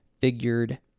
figured